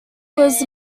was